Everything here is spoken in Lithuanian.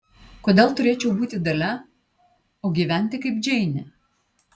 kodėl turėčiau būti dalia o gyventi kaip džeinė